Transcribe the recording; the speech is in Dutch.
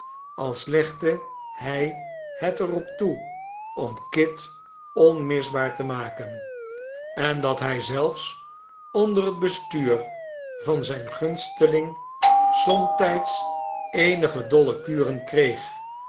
als legde hij het er op toe om kit onmisbaar te maken en dat hij zelfs onder het bestuur van zijn gunsteling somtijds eenige dolle kuren kreeg